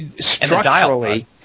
Structurally